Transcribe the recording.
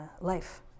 life